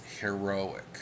heroic